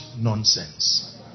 nonsense